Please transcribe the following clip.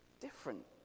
different